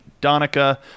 Donica